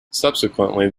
subsequently